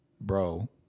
bro